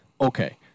okay